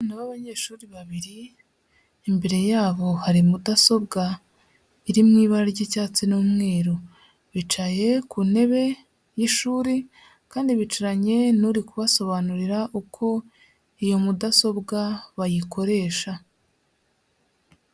Abana b'abanyeshuri babiri, imbere yabo hari mudasobwa iri mu ibara ry'icyatsi n'umweru, bicaye ku ntebe y'ishuri kandi bicaranye n'uri kubasobanurira uko iyo mudasobwa bayikoresha.